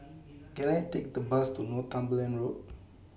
Can I Take The Bus to Northumberland Road